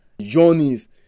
journeys